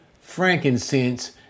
frankincense